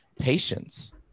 patience